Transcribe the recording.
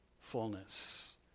fullness